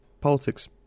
politics